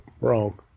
Wrong